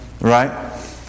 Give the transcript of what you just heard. right